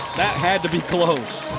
that had to be close.